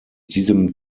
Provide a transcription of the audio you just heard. diesem